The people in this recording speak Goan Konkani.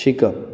शिकप